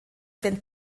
wenn